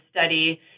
study